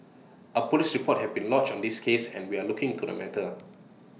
A Police report have been lodged on this case and we are looking into the matter